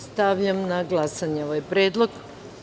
Stavljam na glasanje ovaj predlog.